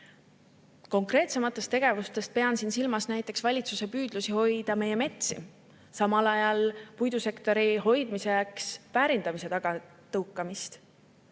Konkreetsematest tegevustest pean silmas näiteks valitsuse püüdlusi hoida meie metsi, aga samal ajal ka puidusektori hoidmiseks väärindamist tagant tõugata.